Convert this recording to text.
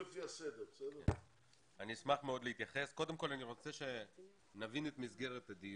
קודם כל, אני רוצה שנבין את מסגרת הדיון.